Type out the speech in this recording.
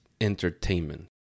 entertainment